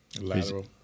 Lateral